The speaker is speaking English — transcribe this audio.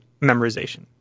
memorization